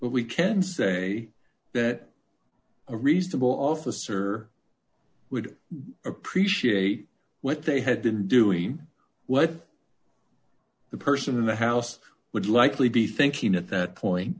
but we can say that a reasonable officer would appreciate what they had been doing what the person in the house would likely be thinking at that point